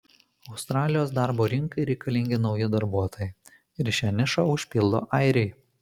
australijos darbo rinkai reikalingi nauji darbuotojai ir šią nišą užpildo airiai